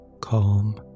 Calm